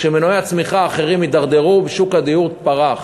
כשמנועי הצמיחה האחרים הידרדרו, שוק הדיור פרח.